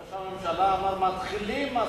ראש הממשלה אמר: מתחילים משא-ומתן.